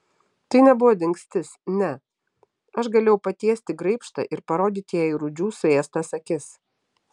tai nebuvo dingstis ne aš galėjau patiesti graibštą ir parodyti jai rūdžių suėstas akis